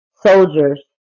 soldiers